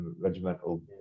regimental